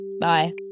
Bye